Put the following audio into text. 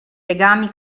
legami